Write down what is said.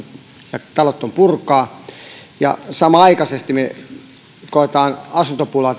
talot on purkaa samanaikaisesti kun me koemme asuntopulaa